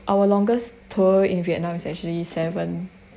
our longest tour in vietnam is actually seven